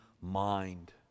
mind